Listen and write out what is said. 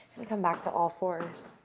and come back to all fours.